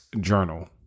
Journal